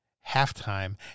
half-time